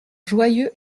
joyeux